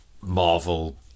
Marvel